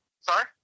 Sorry